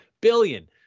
billion